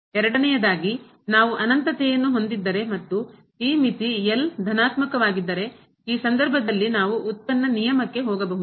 ಎರಡನೆಯದಾಗಿ ನಾವು ಅನಂತತೆಯನ್ನು ಹೊಂದಿದ್ದರೆ ಮತ್ತು ಈ ಮಿತಿ ಧನಾತ್ಮಕವಾಗಿದ್ದರೆ ಈ ಸಂದರ್ಭದಲ್ಲಿ ನಾವು ಉತ್ಪನ್ನ ನಿಯಮಕ್ಕೆ ಹೋಗಬಹುದು